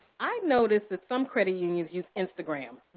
i notice that some credit unions use instagram.